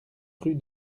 rue